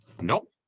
nope